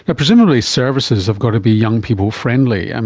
ah presumably services have got to be young-people friendly. and